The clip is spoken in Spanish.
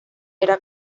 era